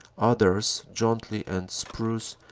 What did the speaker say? others, jaunty and spruce,